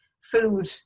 food